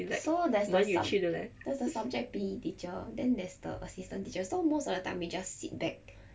so there's the sub~ there's a subject P_E teacher then there's the assistant teacher so most of the time we just sit back